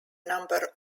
number